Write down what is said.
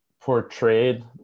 portrayed